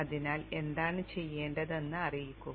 അതിനാൽ എന്താണ് ചെയ്യേണ്ടതെന്ന് അറിയിക്കുക